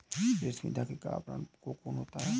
रेशमी धागे का आवरण कोकून होता है